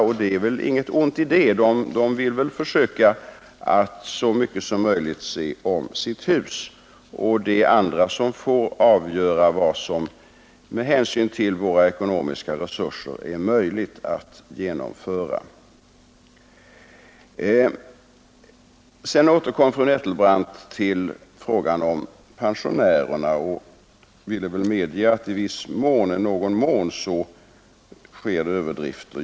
Och det är väl inget ont i det, de vill försöka att så mycket som möjligt se om sitt hus och sedan får andra avgöra vad som med hänsyn till våra ekonomiska resurser är möjligt att genomföra. Sedan återkommer fru Nettelbrandt också till frågan om pensionärerna och medger att det i någon mån förekommit överdrifter.